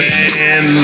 Man